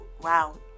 Wow